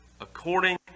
according